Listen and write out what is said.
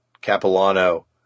Capilano